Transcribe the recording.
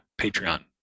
Patreon